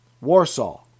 Warsaw